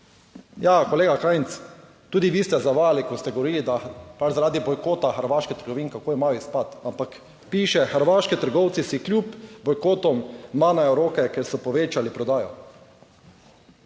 Ja, kolega Krajnc, tudi vi ste zavajali, ko ste govorili, da pač zaradi bojkota hrvaških trgovine, kako imajo izpad, ampak piše: hrvaški trgovci si kljub bojkotom manejo roke, ker so povečali prodajo,